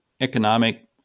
economic